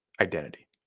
identity